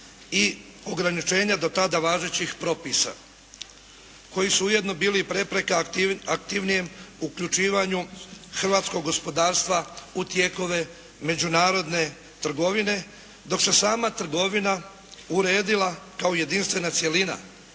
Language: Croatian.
i ograničenja do tada važećih propisa koji su ujedno bili i prepreka aktivnijem uključivanju hrvatskog gospodarstva u tijekove međunarodne trgovine, dok se sama trgovina uredila kao jedinstvena cjelina